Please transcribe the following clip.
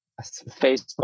Facebook